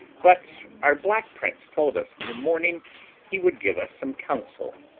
but our black prince told us in the morning he would give us some counsel,